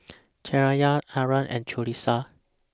Cahaya Aaron and Qalisha